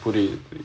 put it